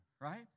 Right